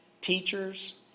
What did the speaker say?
teachers